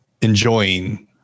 enjoying